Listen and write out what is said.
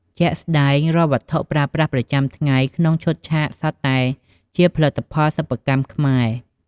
ជាក់ស្ដែង រាល់ វត្ថុប្រើប្រាស់ប្រចាំថ្ងៃក្នុងឈុតឆាកសុទ្ធតែជាផលិតផលសិប្បកម្មខ្មែរ។